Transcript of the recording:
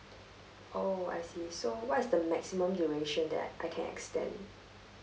oh I see so what is the maximum duration that I I can extend